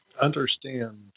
understand